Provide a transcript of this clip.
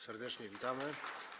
Serdecznie witamy.